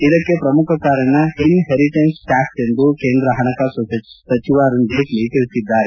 ಇದಕ್ಕೆ ಶ್ರಮುಖ ಕಾರಣ ಇನ್ಹೆರಿಟೆನ್ಸ್ ಟ್ಯಾಕ್ಸ್ ಎಂದು ಕೇಂದ್ರ ಹಣಕಾಸು ಸಚಿವ ಅರುಣ್ ಜೇಟ್ಲ ತಿಳಿಸಿದ್ದಾರೆ